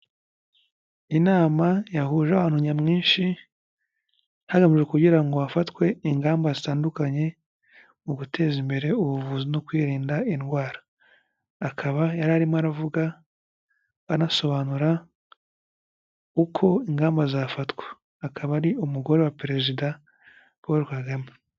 Inama yahuje abantu nyamwinshi, hagamijwe kugira ngo hafatwe ingamba zitandukanye, mu guteza imbere ubuvuzi no kwirinda indwara. Akaba yari arimo aravuga anasobanura uko ingamba zafatwa. Akaba ari umugore wa Perezida, Paul Kagame.